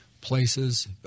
places